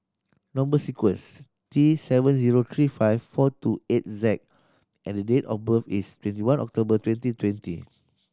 number sequence is T seven zero three five four two eight Z and date of birth is twenty one October twenty twenty